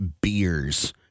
beers